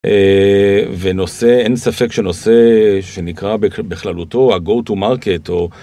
ונושא אין ספק שנושא שנקרא בכללותו הgo to market.